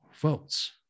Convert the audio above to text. votes